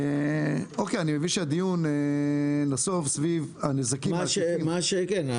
אני מבין שהדיון נסוב סביב הנזקים --- מה שכן,